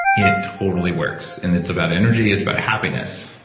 it totally works. and it's about energy. it's about happiness.